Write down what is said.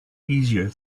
easier